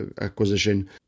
acquisition